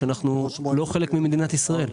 או שאנחנו לא חלק ממדינת ישראל?